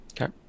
Okay